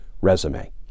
resume